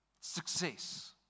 Success